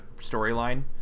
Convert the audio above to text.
storyline